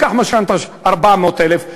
לקח משכנתה של 400,000,